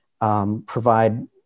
Provide